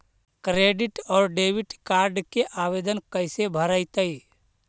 Credit और debit card के आवेदन कैसे भरैतैय?